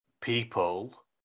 people